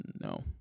No